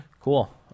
cool